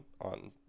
on